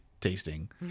tasting